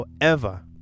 forever